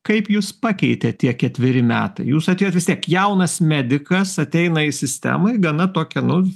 kaip jus pakeitė tie ketveri metai jūs atėjot vis tiek jaunas medikas ateina į sistemą į gana tokią nu